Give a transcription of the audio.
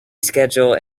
schedule